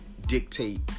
dictate